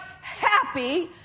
happy